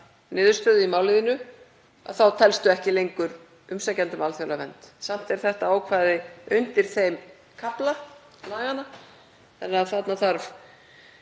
niðurstöðu í máli sínu telst það ekki lengur umsækjandi um alþjóðlega vernd. Samt er þetta ákvæði undir þeim kafla laganna, þannig að þarna þarf